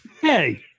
Hey